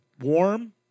warm